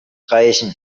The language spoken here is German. reichen